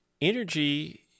Energy